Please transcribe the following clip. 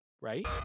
right